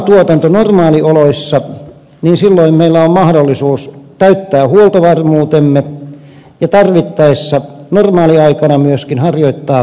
silloin kun meillä on oma tuotanto normaalioloissa meillä on mahdollisuus täyttää huoltovarmuutemme ja tarvittaessa normaaliaikana myöskin harjoittaa ruuan vientiä